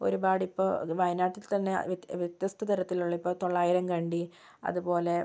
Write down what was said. ഒരുപാടിപ്പോൾ വയനാട്ടിൽ തന്നെ വ്യത്യ വ്യത്യസ്ത തരത്തിലുള്ള ഇപ്പോൾ തൊള്ളായിരം കണ്ടി അതുപോലെ